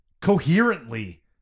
coherently